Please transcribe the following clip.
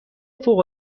فوق